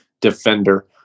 defender